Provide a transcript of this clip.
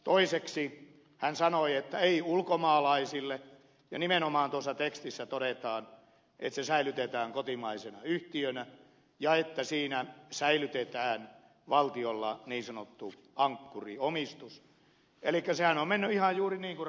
toiseksi hän sanoi että ei ulkomaalaisille ja nimenomaan tuossa tekstissä todetaan että se säilytetään kotimaisena yhtiönä ja että siinä säilytetään valtiolla niin sanottu ankkuriomistus elikkä sehän on mennyt ihan juuri niin kuin ed